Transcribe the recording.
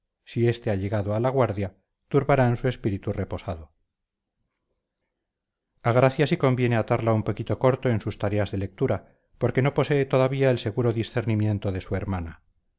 si éste ha llegado a la guardia turbarán su espíritu reposado a gracia sí conviene atarla un poquito corto en sus tareas de lectura porque no posee todavía el seguro discernimiento de su hermana